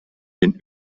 den